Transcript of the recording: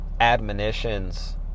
admonitions